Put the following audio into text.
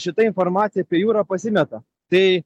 šita informacija apie jūrą pasimeta tai